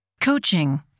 Coaching